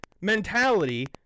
mentality